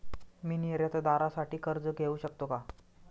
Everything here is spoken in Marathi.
मी निर्यातदारासाठी कर्ज घेऊ शकतो का?